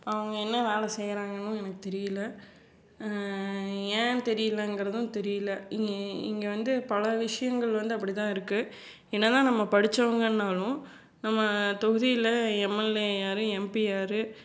அவங்க என்ன வேலை செய்கிறாங்கன்னும் எனக்கு தெரியல ஏன் தெரியலங்கறதும் தெரியல இங்கே வந்து பல விஷயங்கள் வந்து அப்படிதான் இருக்குது என்னதான் நம்ம படித்தவங்கன்னாலும் நம்ம தொகுதியில் எம்எல்ஏ யார் எம்பி யார்